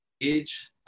age